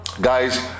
guys